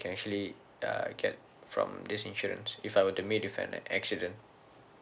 can actually uh get from this insurance if I were to meet with an accident